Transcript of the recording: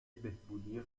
بهبودی